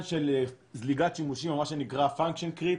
של זליגת שימושים או מה שנקרא Function Creep